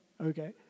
okay